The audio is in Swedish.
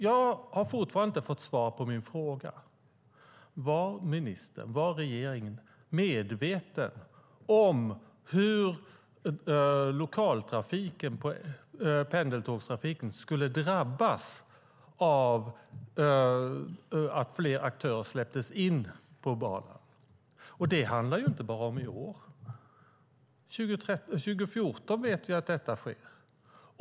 Jag har fortfarande inte fått svar på min fråga: Var regeringen medveten om hur pendeltågstrafiken skulle drabbas av att fler aktörer släpptes in på banan? Det handlar inte bara om innevarande år. Även år 2014 vet vi att detta kommer att ske.